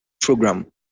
program